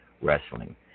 Wrestling